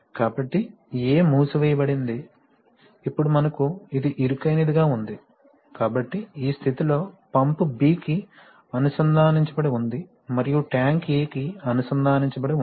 కాబట్టి A మూసివేయబడింది ఇప్పుడు మనకు ఇది ఇరుకైనదిగా ఉంది కాబట్టి ఈ స్థితిలో పంప్ B కి అనుసంధానించబడి ఉంది మరియు ట్యాంక్ A కి అనుసంధానించబడి ఉంది